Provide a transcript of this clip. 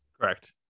Correct